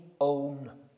own